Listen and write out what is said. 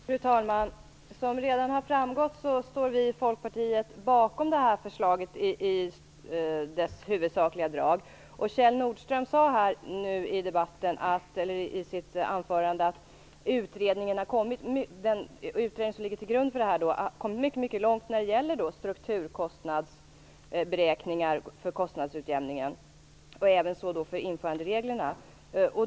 Fru talman! Som det redan har framgått står vi i Folkpartiet bakom det här förslaget i dess huvudsakliga drag. Kjell Nordström sade i sitt anförande att den utredning som ligger till grund för förslaget har kommit mycket långt när det gäller strukturkostnadsberäkningar för kostnadsutjämningen och även för införandereglerna.